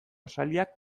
esaldiak